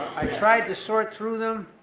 i tried to sort through them,